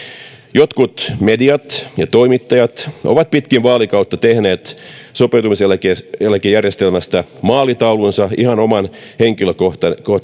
jotkut mediat ja toimittajat ovat pitkin vaalikautta tehneet sopeutumiseläkejärjestelmästä maalitaulunsa ihan oman henkilökohtaisen